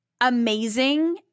amazing